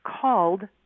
called